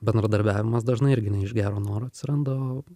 bendradarbiavimas dažnai irgi ne iš gero noro atsiranda